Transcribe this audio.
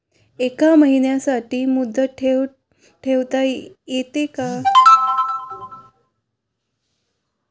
एका महिन्यासाठी मुदत ठेव ठेवता येते का?